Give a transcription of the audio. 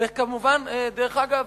וכמובן דרך אגב,